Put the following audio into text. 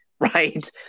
right